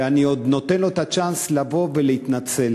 ואני עוד נותן לו את הצ'אנס לבוא ולהתנצל.